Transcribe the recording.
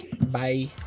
Bye